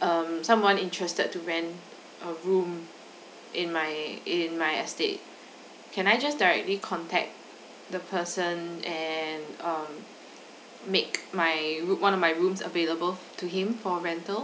um someone interested to rent a room in my in my estate can I just directly contact the person and um make my room one my rooms available to him for rental